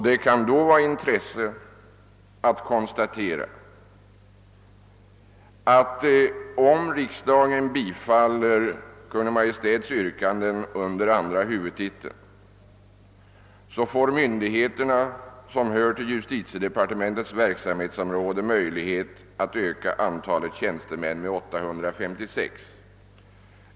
Det kan då vara av intresse att konstatera, att om riksdagen bifaller Kungl. Maj:ts förslag under andra huvudtiteln, så får myndigheterna som hör till justitiedepartementets verksamhetsområde möjlighet att öka antalet tjänstemän med 856.